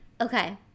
Okay